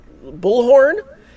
bullhorn